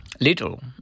Little